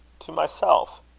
to myself.